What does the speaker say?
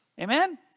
Amen